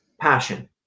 passion